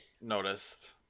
noticed